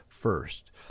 First